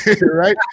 right